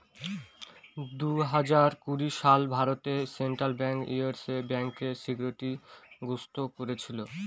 দুই হাজার কুড়ি সালে ভারতে সেন্ট্রাল ব্যাঙ্ক ইয়েস ব্যাঙ্কে সিকিউরিটি গ্রস্ত করেছিল